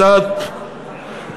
הצעת חוק ולא הצעת החלטה.